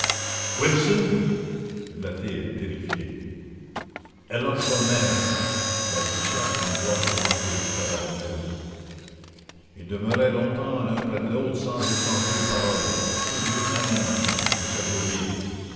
wilson hurla t il terrifié herlock sholmès balbutia une voix étranglée caverneuse ils demeurèrent longtemps l'un près de l'autre sans échanger une parole tous deux anéantis le cerveau vide